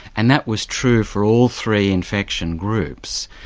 and that was true for all three infection groups.